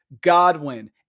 Godwin